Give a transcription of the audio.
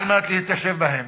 על מנת להתיישב בהם.